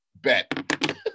bet